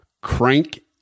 crank